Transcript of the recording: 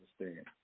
understand